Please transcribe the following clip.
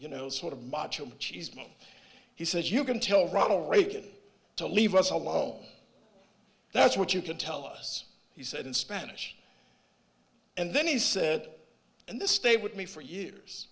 you know sort of macho cheeseman he says you can tell ronald reagan to leave us alone that's what you can tell us he said in spanish and then he said and this stayed with me for years